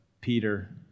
Peter